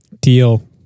Deal